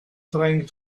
trying